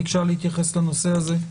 ביקשה להתייחס לנושא הזה.